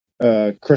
chris